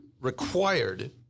required